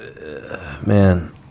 Man –